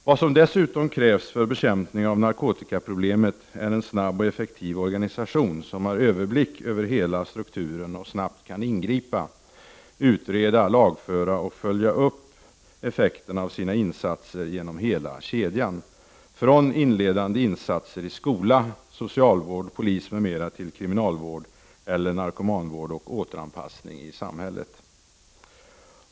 Vad som dessutom krävs för bekämpning av narkotikaproblemet är en snabb och effektiv organisation som har överblick över hela strukturen och snabbt kan ingripa, utreda, lagföra och följa upp effekterna av sina insatser genom hela kedjan, från inledande insatser i skola, socialvård, av polis m.m. till kriminalvård eller narkomanvård och återanpassning i samhället.